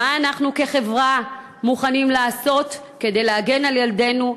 מה אנחנו כחברה מוכנים לעשות כדי להגן על ילדינו,